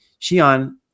Xi'an